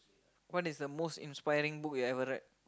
what is the most inspiring book you've ever read